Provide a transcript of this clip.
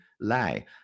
lie